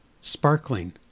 sparkling